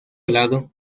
lado